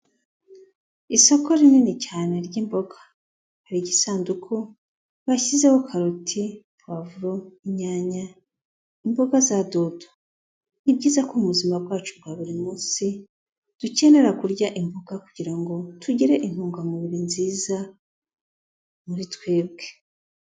Isoko rinini cyane ry'imboga. Hari igisanduku bashyizeho karoti, pavuro, inyanya imboga za dodo. Ni byiza ko mu buzima bwacu bwa buri munsi, dukenera kurya imboga kugira ngo tugire intungamubiri nziza, muri twebwe.